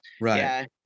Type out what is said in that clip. Right